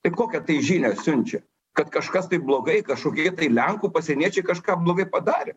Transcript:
tai kokią tai žinią siunčia kad kažkas taip blogai kažkokie lenkų pasieniečiai kažką blogai padarė